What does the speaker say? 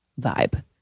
vibe